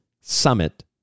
summit